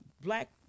black